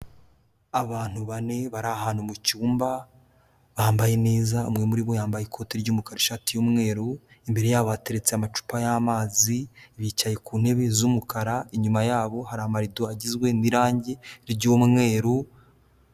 Abantu bane bari ahantu mu cyumba, bambaye neza, umwe muri bo yambaye ikote ry'umukara, ishati y'umweru, imbere yabo hateretse amacupa y'amazi, bicaye ku ntebe z'umukara, inyuma yabo hari amarido agizwe n'irangi ry'umweru...